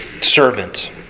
servant